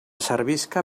servisca